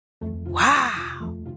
Wow